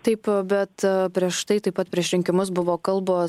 taip bet prieš tai taip pat prieš rinkimus buvo kalbos